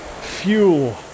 fuel